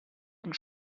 and